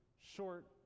short